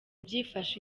byifashe